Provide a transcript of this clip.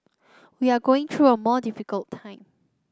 we are going through a more difficult time